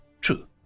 true